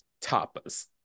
tapas